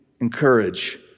Encourage